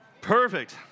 Perfect